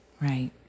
Right